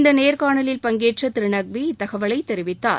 இந்த நேர்காணலில் பங்கேற்ற திரு நக்வி இத்தகவலை தெரிவித்தார்